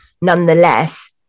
nonetheless